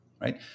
right